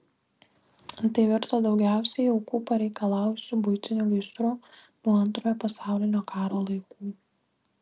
tai virto daugiausiai aukų pareikalavusiu buitiniu gaisru nuo antrojo pasaulinio karo laikų